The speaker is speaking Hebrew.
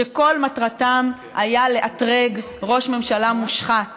שכל מטרתם היה לאתרג ראש ממשלה מושחת